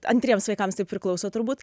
antriems vaikams taip priklauso turbūt